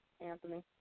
Anthony